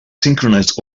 synchronize